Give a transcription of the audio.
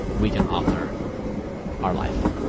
we can author our life.